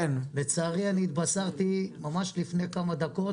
לצערי התבשרתי ממש לפני כמה דקות